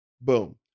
Boom